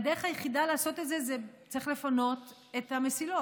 והדרך היחידה לעשות את זה היא לפנות את המסילות.